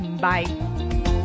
Bye